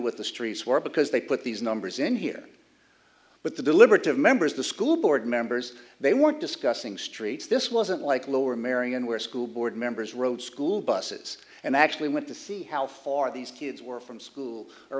with the streets where because they put these numbers in here but the deliberative members the school board members they weren't discussing streets this wasn't like lower merion where school board members rode school buses and actually went to see how far these kids were from school or